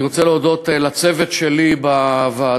אני רוצה להודות לצוות שלי בוועדה,